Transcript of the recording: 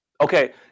Okay